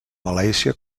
malàisia